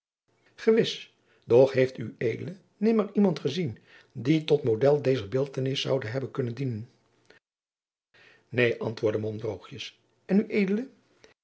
gewis doch heeft ued nimmer iemand gezien die tot modél dezer beeldtenis zoude hebben kunnen dienen neen antwoordde mom droogjens en ued